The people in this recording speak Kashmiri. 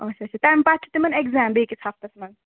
اَچھا اَچھا تَمہِ پَتہٕ چھُ تِمَن ایکزام بیٚیہِ کِس ہَفتَس منٛز